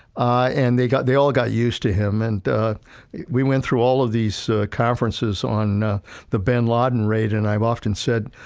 ah and they got, they all got used to him. and we went through all of these conferences on the bin laden raid, and i've often said,